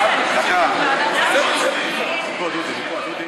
בבקשה, אדוני.